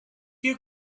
you